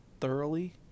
thoroughly